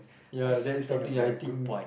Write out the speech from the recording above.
ya that is something I think